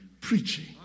preaching